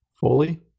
fully